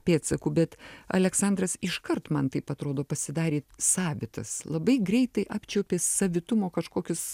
pėdsakų bet aleksandras iškart man taip atrodo pasidarė savitas labai greitai apčiuopė savitumo kažkokius